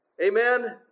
Amen